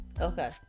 Okay